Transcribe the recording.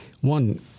One